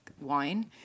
wine